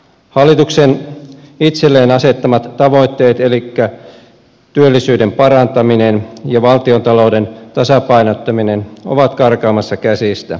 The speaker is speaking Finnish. hallituksen itselleen asettamat tavoitteet elikkä työllisyyden parantaminen ja valtiontalouden tasapainottaminen ovat karkaamassa käsistä